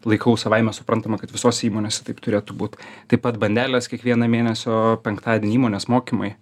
laikau savaime suprantama kad visose įmonėse taip turėtų būt taip pat bandelės kiekvieną mėnesio penktadienį įmonės mokymai